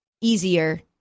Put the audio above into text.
easier